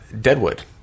Deadwood